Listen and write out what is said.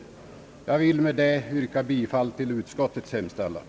Jag vill med detta yrka bifall till utskottets hemställan.